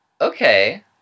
Okay